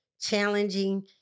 challenging